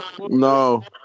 no